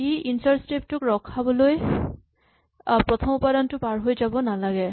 ই ইনচাৰ্ট স্টেপ টোক ৰখাবলৈ প্ৰথম উপাদানটো পাৰ হৈ যাব নালাগে